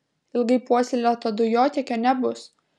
ilgai puoselėto dujotiekio nebus